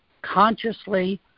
consciously